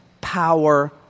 power